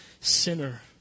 sinner